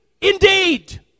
indeed